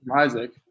isaac